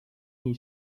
nii